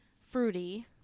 fruity